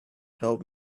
help